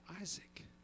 Isaac